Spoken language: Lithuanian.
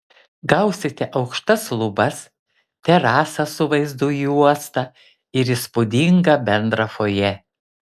gausite aukštas lubas terasą su vaizdu į uostą ir įspūdingą bendrą fojė